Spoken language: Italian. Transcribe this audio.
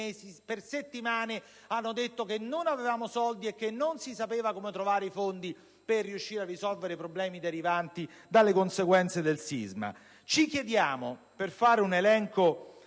a sostenere che i soldi non c'erano e che non si sapeva come trovare i fondi per riuscire a risolvere i problemi derivanti dalle conseguenze del sisma. Ci chiediamo, per fare un elenco